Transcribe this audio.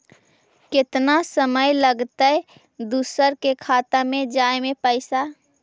केतना समय लगतैय दुसर के खाता में जाय में पैसा?